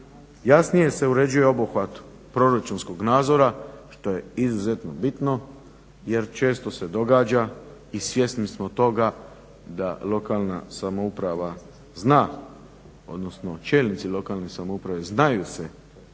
Jasnije se uređuje obuhvat proračunskog nadzora što je izuzetno bitno jer često se događa i svjesni smo toga da lokalna samouprava zna odnosno čelnici lokalne samouprave znaju se